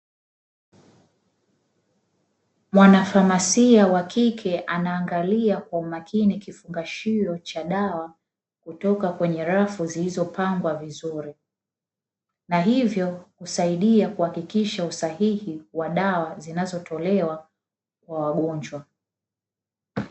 Mwanafamasia wa kike anaangalia kwa umakini kifungashio cha dawa kutoka kwenye rafu zilizopangwa vizuri, na hivyo kusaidia kuhakikisha usahihi wa dawa zinazotolewa kwa wagonjwa.